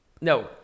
no